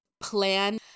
plan